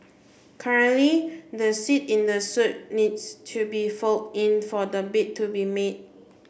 currently the seat in the suite needs to be fold in for the bed to be made